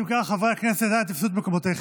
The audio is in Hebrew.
אם כך, חברי הכנסת, אנא תפסו את מקומותיכם.